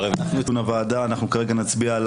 כעת אנחנו נעבור על הצבעה על